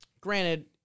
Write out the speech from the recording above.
granted